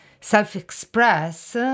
self-express